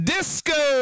Disco